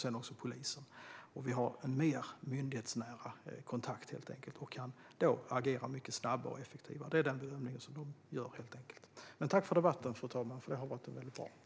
Vi har helt enkelt en mer myndighetsnära kontakt och kan därmed agera mycket snabbare och effektivare. Detta är den bedömning som de gör. Tack för debatten, fru talman! Jag tycker att den har varit väldigt bra.